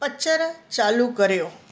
पिकिचरु चालू करियो